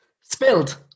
Spilled